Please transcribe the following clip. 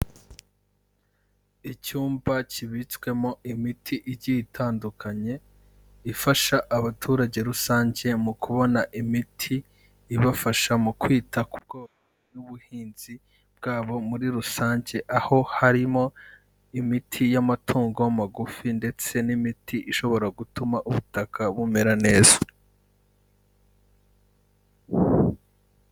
Icyumba kibitswemo imiti igiye itandukanye, ifasha abaturage rusange mu kubona imiti ibafasha mu kwita ku bworozi n'ubuhinzi bwabo muri rusange, aho harimo imiti y'amatungo magufi ndetse n'imiti ishobora gutuma ubutaka bumera neza.